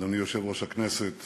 אדוני יושב-ראש הכנסת